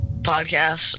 podcast